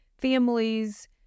families